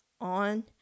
on